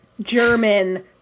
German